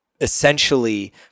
essentially